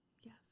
Yes